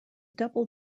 double